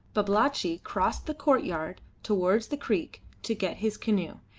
babalatchi crossed the courtyard towards the creek to get his canoe,